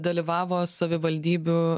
dalyvavo savivaldybių